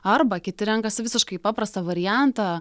arba kiti renkasi visiškai paprastą variantą